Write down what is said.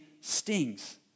stings